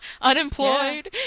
Unemployed